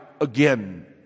again